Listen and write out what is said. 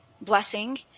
blessing